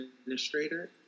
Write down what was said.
administrator